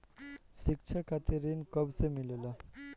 शिक्षा खातिर ऋण कब से मिलेला?